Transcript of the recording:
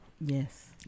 Yes